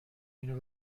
اینو